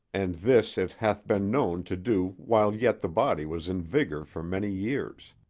and this it hath been known to do while yet the body was in vigor for many years.